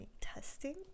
testing